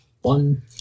One